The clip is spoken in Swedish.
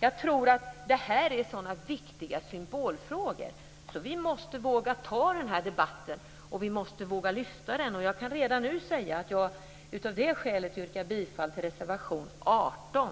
Jag tror att det här är sådana viktiga symbolfrågor att vi måste våga ta den här debatten och lyfta den. Jag kan redan nu av det skälet yrka bifall till reservation 18.